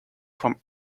from